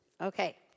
Okay